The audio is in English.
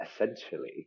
essentially